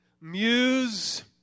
muse